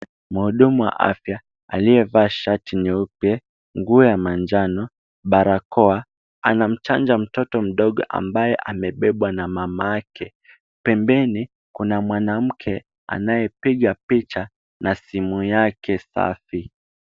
Mhudumu wa afya aliyevaa shati nyeupe, nguo ya manjano, barakoa, anamchanja mtoto mdogo ambaye amebebwa na mamake. Pembeni, kuna mwanamke anayepiga picha na simu yake safi.